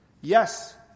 Yes